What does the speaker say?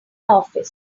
office